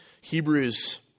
Hebrews